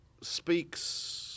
speaks